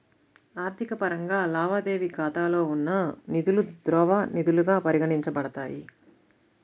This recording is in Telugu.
ఆర్థిక పరంగా, లావాదేవీ ఖాతాలో ఉన్న నిధులుద్రవ నిధులుగా పరిగణించబడతాయి